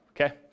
okay